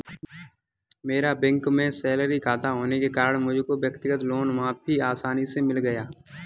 मेरा बैंक में सैलरी खाता होने के कारण मुझको व्यक्तिगत लोन काफी आसानी से मिल गया